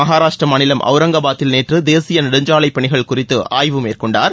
மகாராஷ்டிரா மாநிலம் அவுரங்காபாதில் நேற்று தேசிய நெடுஞ்சாலை பணிகள் குறித்து ஆய்வு மேற்கொண்டார்